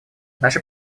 наше